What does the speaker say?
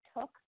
took